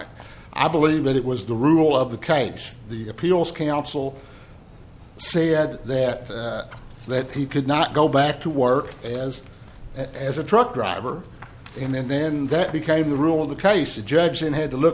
it i believe that it was the rule of the case the appeals counsel said that that he could not go back to work as as a truck driver and then that became the rule of the case a judge and had to look